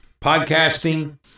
podcasting